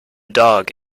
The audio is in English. dog